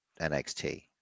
NXT